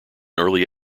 early